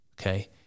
Okay